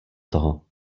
toho